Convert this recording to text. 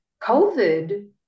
COVID